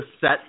set